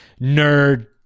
nerd